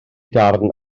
darn